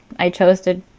i chose to,